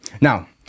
Now